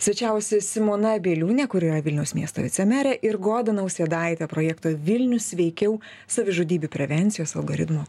svečiavosi simona bieliūnė kuri yra vilniaus miesto vicemerė ir goda nausėdaitė projekto vilnius sveikiau savižudybių prevencijos algoritmo